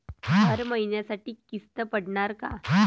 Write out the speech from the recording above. हर महिन्यासाठी किस्त पडनार का?